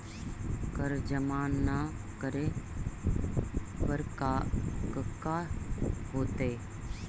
कर जमा ना करे पर कका होतइ?